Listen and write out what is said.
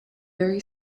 very